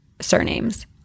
surnames